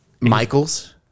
Michael's